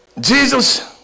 Jesus